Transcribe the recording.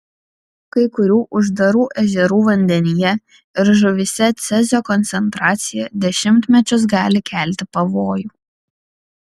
kai kurių uždarų ežerų vandenyje ir žuvyse cezio koncentracija dešimtmečius gali kelti pavojų